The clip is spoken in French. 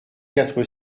quatre